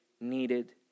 needed